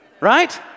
right